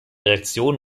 reaktion